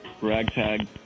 ragtag